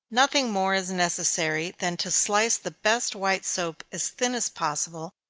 nothing more is necessary than to slice the best white soap as thin as possible,